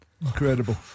Incredible